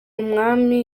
umwami